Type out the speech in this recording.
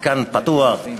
מתקן פתוח,